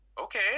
okay